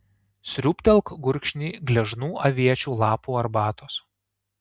sriūbtelk gurkšnį gležnų aviečių lapų arbatos